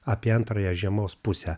apie antrąją žiemos pusę